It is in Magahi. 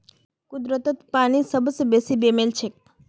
कुदरतत पानी सबस बेसी बेमेल छेक